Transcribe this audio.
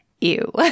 Ew